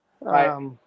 Right